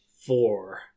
four